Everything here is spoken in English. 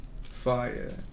fire